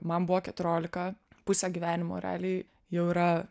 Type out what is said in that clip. man buvo keturiolika pusę gyvenimo realiai jau yra